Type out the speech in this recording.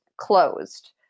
closed